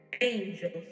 angels